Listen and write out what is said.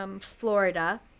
Florida